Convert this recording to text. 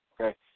okay